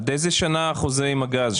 עד איזו שנה החוזה עם הגז?